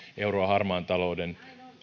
euroa harmaan talouden